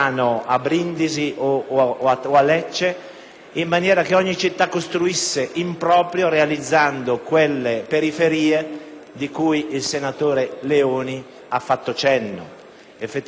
in maniera che ogni città ha costruito in proprio, realizzando quelle periferie cui il senatore Leoni ha fatto cenno. Effettivamente, è importante